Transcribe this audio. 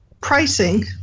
pricing